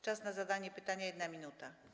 Czas na zadanie pytania - 1 minuta.